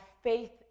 faith